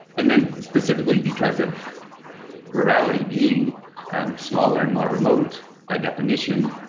and then specifically, because of rurality being smaller and more remote by definition,